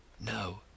No